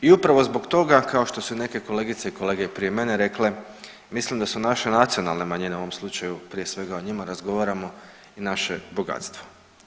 I upravo zbog toga kao što su neke kolegice i kolege prije mene rekle mislim da su naše nacionalne manjine u ovom slučaju, prije svega o njima razgovaramo i naše bogatstvo.